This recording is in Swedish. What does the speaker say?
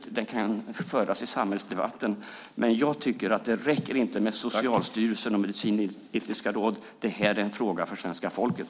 Frågorna kan tas upp i samhällsdebatten. Jag tycker inte att det räcker med Socialstyrelsen och Medicinsk-etiska rådet. Det här är en fråga för svenska folket.